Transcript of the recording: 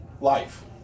Life